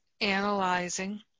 analyzing